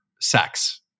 sex